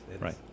Right